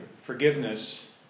Forgiveness